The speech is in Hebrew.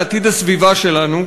לעתיד הסביבה שלנו,